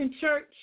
church